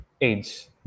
AIDS